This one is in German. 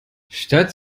statt